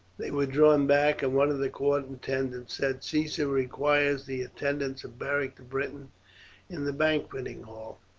they were drawn back, and one of the court attendants said, caesar requires the attendance of beric the briton in the banqueting hall.